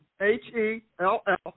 H-E-L-L